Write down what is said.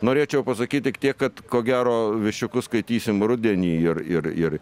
norėčiau pasakyt tik tiek kad ko gero viščiukus skaitysim rudenį ir ir ir